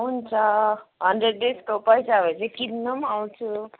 हुन्छ हन्ड्रेड डेजको पैसा भएपछि चाहिँ किन्नु पनि आउँछु